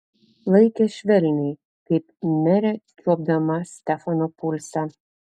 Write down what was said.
laikė švelniai kaip merė čiuopdama stefano pulsą